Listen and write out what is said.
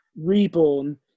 reborn